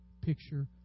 picture